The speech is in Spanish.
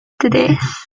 tres